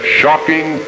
shocking